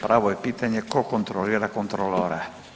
Pravo je pitanje tko kontrolira kontrolora?